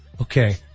Okay